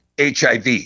HIV